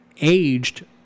aged